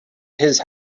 his